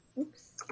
Oops